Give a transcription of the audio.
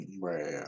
Right